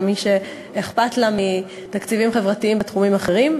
כמי שאכפת לה מתקציבים חברתיים בתחומים אחרים.